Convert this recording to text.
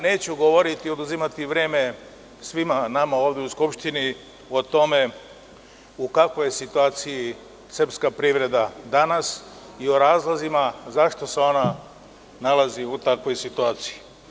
Neću govoriti i oduzimati vreme svima nama ovde u Skupštini o tome u kakvoj je situaciji srpska privreda danas i o razlozima zašto se ona nalazi u takvoj situaciji.